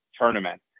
tournament